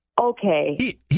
Okay